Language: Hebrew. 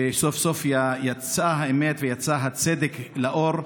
וסוף-סוף יצאה האמת ויצא הצדק לאור,